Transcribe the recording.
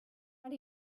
and